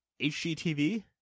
HGTV